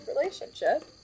relationship